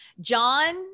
John